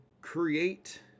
create